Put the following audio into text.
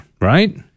right